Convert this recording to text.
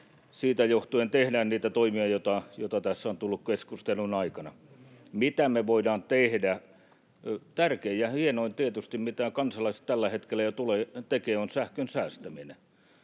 siitä johtuen tehdään niitä toimia, joita tässä on tullut keskustelun aikana. Mitä me voidaan tehdä? Tietysti tärkein ja hienoin asia, mitä kansalaiset tällä hetkellä jo tekevät, on sähkön säästäminen.